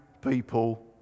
people